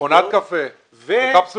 ומכונת קפה וקפסולות.